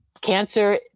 cancer